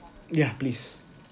ya please